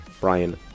Brian